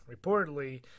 Reportedly